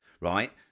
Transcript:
right